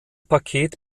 paket